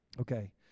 Okay